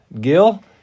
Gil